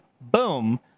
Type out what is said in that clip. boom